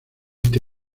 este